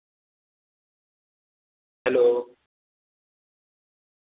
hello